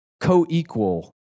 co-equal